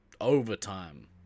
overtime